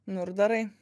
nu ir darai